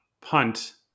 punt